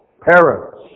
parents